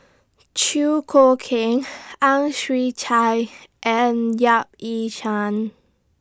Chew Choo Keng Ang Chwee Chai and Yap Ee Chian